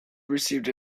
received